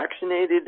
vaccinated